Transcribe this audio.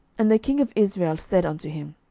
and the king of israel said unto him,